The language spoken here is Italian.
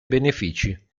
benefici